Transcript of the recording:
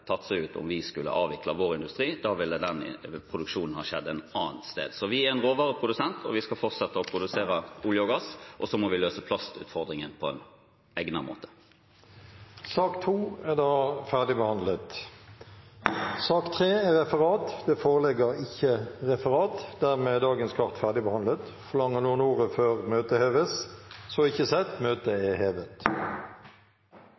tatt seg ut om vi skulle avvikle vår industri – da ville den produksjonen ha skjedd et annet sted. Vi er en råvareprodusent, og vi skal fortsette å produsere olje og gass, og så må vi løse plastutfordringen på en egnet måte. Sak nr. 2 er da ferdig behandlet. Det foreligger ikke noe referat. Dermed er sakene på dagens kart ferdigbehandlet. Forlanger noen ordet før møtet heves? – Så synes ikke, og møtet